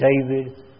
David